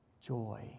joy